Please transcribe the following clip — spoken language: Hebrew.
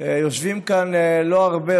יושבים כאן לא הרבה,